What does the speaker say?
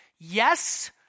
Yes